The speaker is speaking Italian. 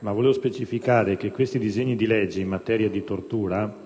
vorrei precisare che questi provvedimenti in materia di tortura